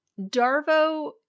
DARVO